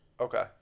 Okay